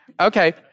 Okay